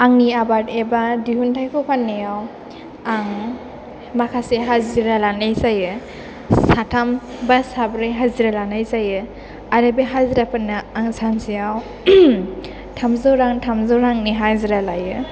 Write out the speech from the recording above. आंनि आबाद एबा दिहुन्थाइखौ फान्नायाव आं माखासे हाजिरा लानाय जायो साथाम बा साब्रै हाजिरा लानाय जायो आरो बे हाजिराफोरनो आं सानसेयाव थामजौ रां थामजौ रांनि हाजिरा लायो